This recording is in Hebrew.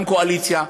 גם קואליציה,